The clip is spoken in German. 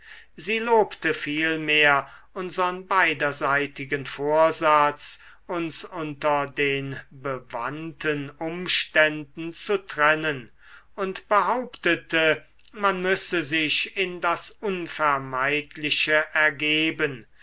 sie lobte vielmehr unsern beiderseitigen vorsatz uns unter den bewandten umständen zu trennen und behauptete man müsse sich in das unvermeidliche ergeben